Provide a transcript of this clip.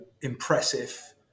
impressive